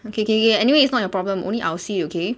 okay okay okay anyway it's not your problem only I'll see you okay